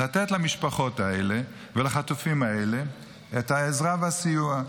לתת למשפחות האלה ולחטופים האלה את העזרה והסיוע.